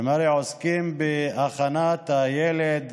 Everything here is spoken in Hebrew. הם עוסקים בהכנת הילד,